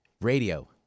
radio